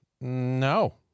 No